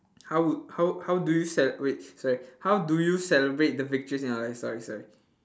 how would how how do you cel~ wait sorry how do you celebrate the victories in your life sorry sorry